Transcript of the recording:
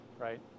right